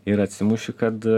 ir atsimuši kad